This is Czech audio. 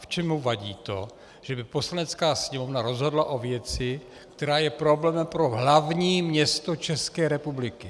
Ptám se ho, v čem mu vadí to, že by Poslanecká sněmovna rozhodla o věci, která je problémem pro hlavní město České republiky.